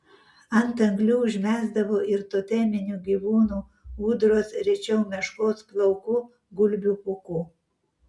ant anglių užmesdavo ir toteminių gyvūnų ūdros rečiau meškos plaukų gulbių pūkų